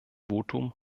votum